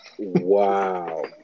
Wow